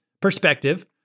perspective